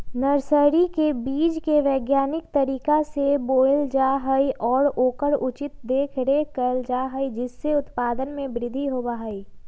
nursery में बीज के वैज्ञानिक तरीका से बोयल जा हई और ओकर उचित देखरेख कइल जा हई जिससे उत्पादन में वृद्धि होबा हई